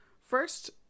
First